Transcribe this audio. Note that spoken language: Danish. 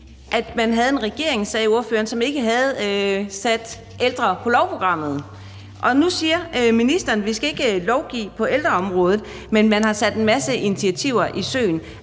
man havde en regering, sagde ordføreren, som ikke havde sat ældre på lovprogrammet. Og nu siger ministeren, at vi ikke skal lovgive på ældreområdet, men at man har sat en masse initiativer i søen.